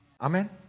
Amen